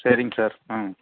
சரிங்க சார் ம்